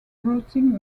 routing